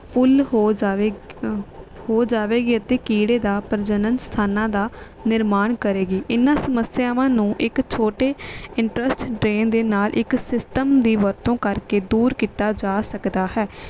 ਪੁਲ ਹੋ ਜਾਵੇ ਹੋ ਜਾਵੇਗੀ ਅਤੇ ਕੀੜੇ ਦਾ ਪ੍ਰਜਨਣ ਸਥਾਨਾਂ ਦਾ ਨਿਰਮਾਣ ਕਰੇਗੀ ਇਨ੍ਹਾਂ ਸਮੱਸਿਆਵਾਂ ਨੂੰ ਇੱਕ ਛੋਟੇ ਇੰਟਰਸਟ ਡਰੇਨ ਦੇ ਨਾਲ ਇੱਕ ਸਿਸਟਮ ਦੀ ਵਰਤੋਂ ਕਰਕੇ ਦੂਰ ਕੀਤਾ ਜਾ ਸਕਦਾ ਹੈ